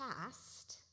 past